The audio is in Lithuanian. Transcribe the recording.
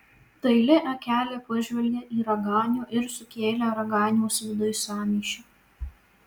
daili akelė pažvelgė į raganių ir sukėlė raganiaus viduj sąmyšį